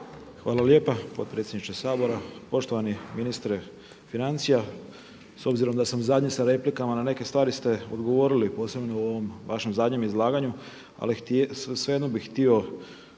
Hvala lijepa potpredsjedniče Sabora, poštovani ministre financija. S obzirom da sam zadnji sa replikama na neke stvari ste odgovorili posebno u ovom vašem zadnjem izlaganju ali svejedno bih htio